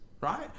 right